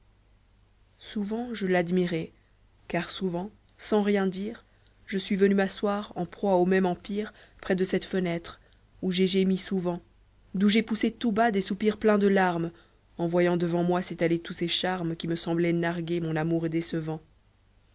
souvent je l'admirai car souvent sans rien dire je suis venu m'asseoir en proie au même empire près de cette fenêtre où j'ai gémi souvent d'où j'ai poussé tout bas des soupirs pleins de larmes en voyant devant moi s'étaler tous ses charmes oui me semblaient narguer mon amour décevant